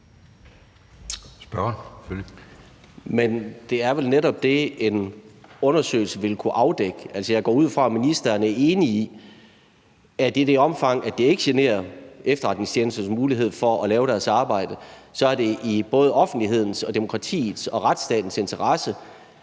Peder Hvelplund (EL): Men det er vel netop det, en undersøgelse vil kunne afdække. Altså, jeg går ud fra, at ministeren er enig i, at i det omfang, det ikke generer efterretningstjenesternes mulighed for at lave deres arbejde, så er det i både offentlighedens, demokratiets og retsstatens interesse,